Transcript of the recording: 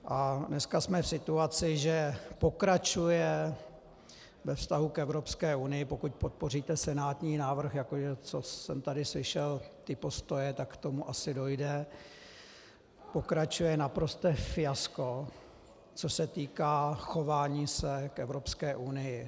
A dneska jsme v situaci, kdy pokračuje ve vztahu k Evropské unii pokud podpoříte senátní návrh, jako že, jak jsem tady slyšel ty postoje, tak k tomu asi dojde pokračuje naprosté fiasko, co se týká chování se k Evropské unii.